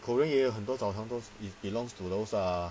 korea 也有很多澡堂都 be~ belongs to those uh